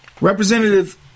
Representative